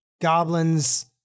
goblins